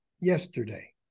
Yesterday